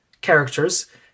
characters